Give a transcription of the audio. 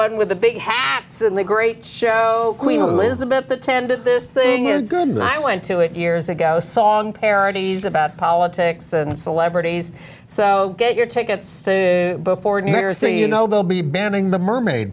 one with the big hats and the great show queen elizabeth attended this thing is good and i went to it years ago song parodies about politics and celebrities so get your tickets before dinner so you know they'll be banning the mermaid